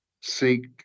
seek